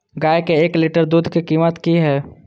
गाय के एक लीटर दूध के कीमत की हय?